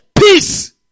peace